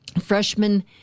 freshman